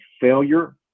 failure